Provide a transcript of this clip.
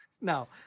No